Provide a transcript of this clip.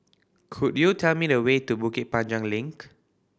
could you tell me the way to Bukit Panjang Link